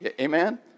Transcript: Amen